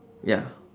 ya